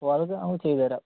ഓ അത് നമുക്ക് ചെയ്തുതരാം